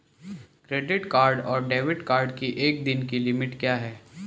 Credit card और debit card की एक दिन की लिमिट क्या है?